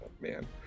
Man